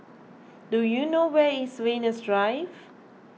do you know where is Venus Drive